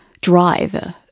drive